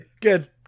Good